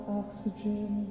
oxygen